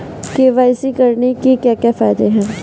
KYC करने के क्या क्या फायदे हैं?